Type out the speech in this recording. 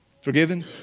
forgiven